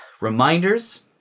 reminders